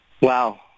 Wow